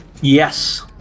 Yes